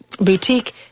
boutique